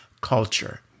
Culture